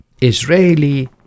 Israeli